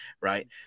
right